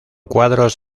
cuadros